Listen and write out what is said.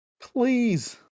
Please